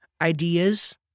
ideas